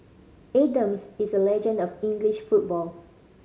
Adams is a legend of English football